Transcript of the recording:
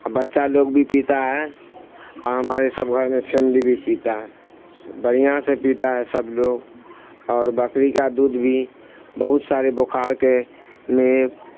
بچہ لوگ بھی پیتا ہے اور ہمارے سب گھر میں فیملی بھی پیتا ہے بڑھیا سے پیتا ہے سب لوگ اور بکری کا دودھ بھی بہت سارے بخار کے میں